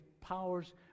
powers